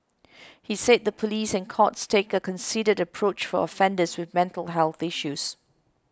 he said the police and courts take a considered approach for offenders with mental health issues